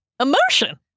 emotion